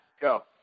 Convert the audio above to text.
go